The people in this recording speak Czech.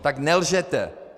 Tak nelžete.